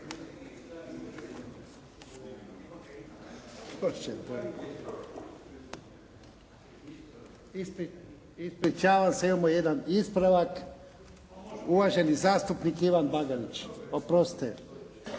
Ispričavam se, imamo jedan ispravak. Uvaženi zastupnik Ivan Bagarić. Oprostite.